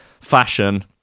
fashion